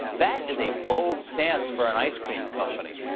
that is a bold stance for an ice cream company.